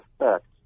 effect